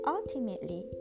Ultimately